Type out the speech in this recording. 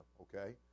okay